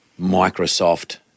Microsoft